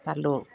পালোঁ